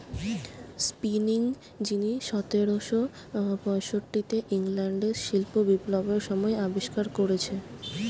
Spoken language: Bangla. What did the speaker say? স্পিনিং যিনি সতেরশ পয়ষট্টিতে ইংল্যান্ডে শিল্প বিপ্লবের সময় আবিষ্কার কোরেছে